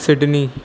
Sydney